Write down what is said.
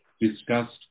Discussed